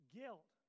guilt